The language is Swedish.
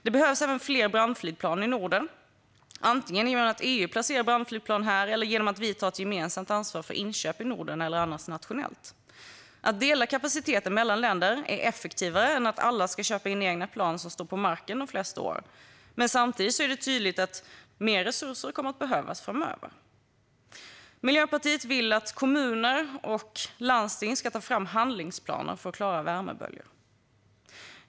Det behövs också fler brandflygplan i Norden, antingen genom att EU placerar brandflygplan här eller genom att vi tar ett gemensamt ansvar för inköp i Norden eller nationellt. Att dela kapaciteten mellan länder är effektivare än att alla ska köpa in egna plan som står på marken de flesta år. Samtidigt är det tydligt att mer resurser kommer att behövas framöver. Miljöpartiet vill att kommuner och landsting ska ta fram handlingsplaner för att klara värmeböljan.